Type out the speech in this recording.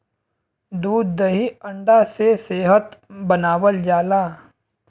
दूध दही अंडा से सेहत बनावल जाला